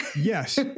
Yes